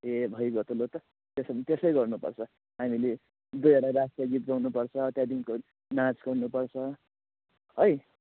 ए भइगयो त लु त त्यसो भने त्यसै गर्नुपर्छ हामीले दुईवटा राष्ट्रिय गीत गाउनुपर्छ त्यहाँदेखिको नाँच गर्नुपर्छ है